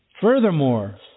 Furthermore